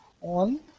on